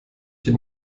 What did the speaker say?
die